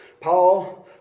Paul